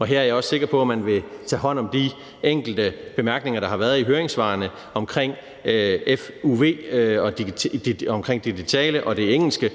og her er jeg også sikker på, at man vil tage hånd om de enkelte bemærkninger, der har været i høringssvarene, omkring fvu og det digitale og det engelske,